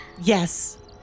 Yes